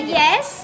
yes